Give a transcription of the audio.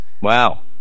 wow